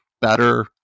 better